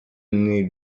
naît